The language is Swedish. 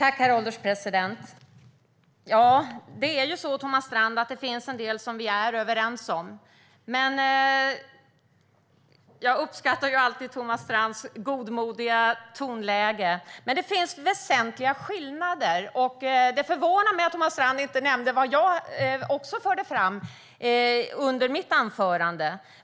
Herr ålderspresident! Det finns en del som vi är överens om, Thomas Strand, och jag uppskattar alltid Thomas Strands godmodiga tonläge. Men det finns också väsentliga skillnader, och det förvånar mig att Thomas Strand inte nämnde vad jag förde fram under mitt anförande.